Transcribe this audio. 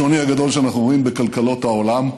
השוני הגדול שאנחנו רואים בכלכלות העולם,